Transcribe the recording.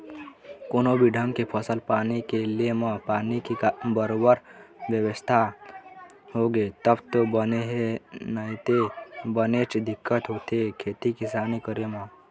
कोनो भी ढंग के फसल पानी के ले म पानी के बरोबर बेवस्था होगे तब तो बने हे नइते बनेच दिक्कत होथे खेती किसानी करे म